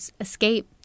escape